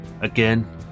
again